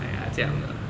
!aiya! 这样的啦